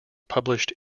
published